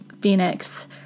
Phoenix